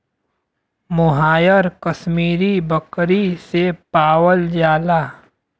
मोहायर कशमीरी बकरी से पावल जाला